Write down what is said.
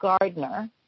Gardner